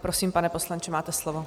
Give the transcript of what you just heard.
Prosím, pane poslanče, máte slovo.